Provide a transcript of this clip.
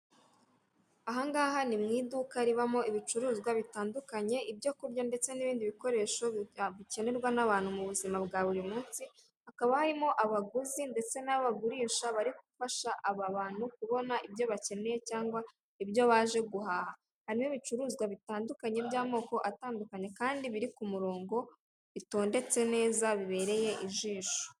Ahangaha ni mu iduka ribamo ibicuruzwa bitandukanye ibyo kurya ndetse n'ibindi bikoresho bikenerwa n'abantu mu buzima bwa buri munsi. Hakaba harimo abaguzi ndetse n'abagurisha bari gufasha aba bantu kubona ibyo bakeneye cyangwa ibyo baje guhaha. Harimo ibicuruzwa bitandukanye by'amoko atandukanye kandi biri ku murongo bitondetse neza bibereye ijisho.